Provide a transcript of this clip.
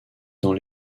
dans